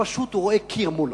שפשוט רואה קיר מולו.